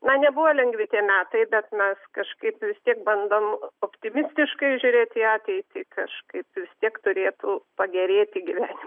nanebuvo lengvi tie metai bet mes kažkaip vis tiek bandom optimistiškai žiūrėt į ateitį kažkaip vis tiek turėtų pagerėti gyvenimas